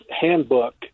handbook